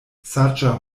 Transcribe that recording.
saĝa